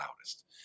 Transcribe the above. loudest